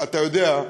אתה יודע,